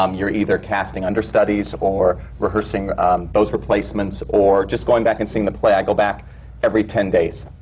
um you're either casting understudies or rehearsing those replacements, or just going back and seeing the play. i go back every ten days.